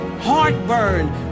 heartburn